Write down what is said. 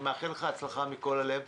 אני מאחל לך הצלחה מכל הלב.